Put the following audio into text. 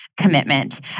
commitment